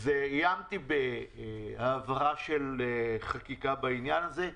אז איימתי בהעברה של חקיקה בעניין הזה,